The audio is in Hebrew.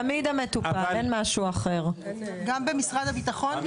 גם במשרד הביטחון?